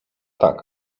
tak